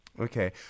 Okay